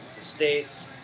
states